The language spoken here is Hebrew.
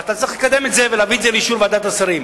אתה צריך לקדם את זה ולהביא את זה לאישור ועדת השרים.